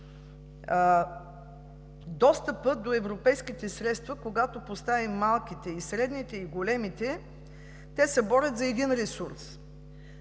достъпът до европейските средства. Когато поставим малките, средните и големите, те се борят за един ресурс.